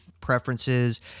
preferences